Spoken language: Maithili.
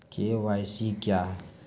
के.वाई.सी क्या हैं?